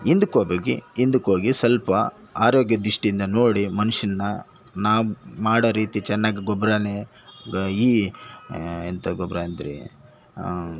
ಹಿಂದಕ್ಕೋಗ್ಬೇಕು ಹಿಂದಕ್ಕೋಗಿ ಸ್ವಲ್ಪ ಆರೋಗ್ಯ ದೃಷ್ಟಿಯಿಂದ ನೋಡಿ ಮನುಷ್ಯನ್ನ ನಾವು ಮಾಡೋ ರೀತಿ ಚೆನ್ನಾಗಿ ಗೊಬ್ಬರನೆ ಈ ಎಂಥ ಗೊಬ್ಬರ ಅಂದರೆ